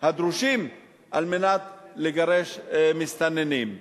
הדרושים כדי לגרש מסתננים.